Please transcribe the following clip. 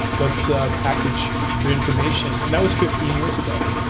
let's ah package your information. and that was fifteen years ago.